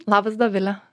labas dovile